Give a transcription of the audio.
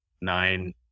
Nine